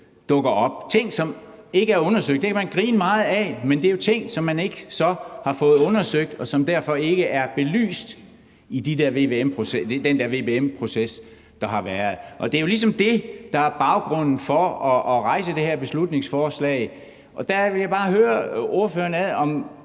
dukker op. Det er ting, som ikke er undersøgt, og det kan man grine meget af, men det er jo ting, som man så ikke har fået undersøgt, og som derfor ikke er belyst i den der vvm-proces, der har været. Det er jo ligesom det, der er baggrunden for at fremsætte det her beslutningsforslag, og der vil jeg bare høre ordføreren, om